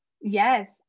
Yes